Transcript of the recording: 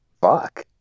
Fuck